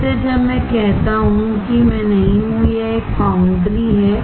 इसलिए जब मैं कहता हूं कि मैं नहीं हूं यह एक फाउंड्री है